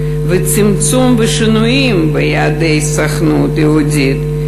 וצמצום ושינויים ביעדי הסוכנות היהודית,